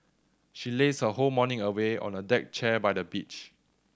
she lazed her whole morning away on a deck chair by the beach